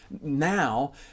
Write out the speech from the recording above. now